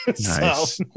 Nice